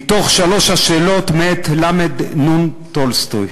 מתוך "שלוש השאלות", מאת ל"נ טולסטוי.